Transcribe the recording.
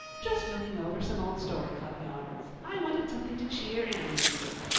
just looking over some old story club yarns. i wanted something to cheer and inebriate.